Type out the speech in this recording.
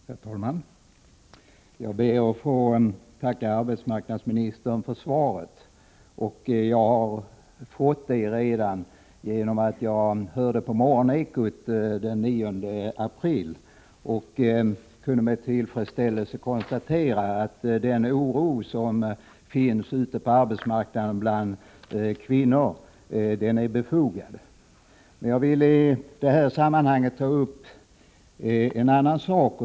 Herr talman! Jag ber att få tacka arbetsmarknadsministern för svaret. Jag har egentligen redan fått ett svar. När jag lyssnade på morgonekot den 9 april kunde jag konstatera att den oro som finns bland kvinnor ute på arbetsmarknaden är befogad. Jag vill i det här sammanhanget ta upp en annan fråga.